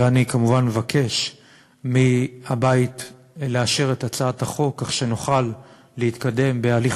ואני כמובן מבקש מהבית לאשר את הצעת החוק כך שנוכל להתקדם בהליך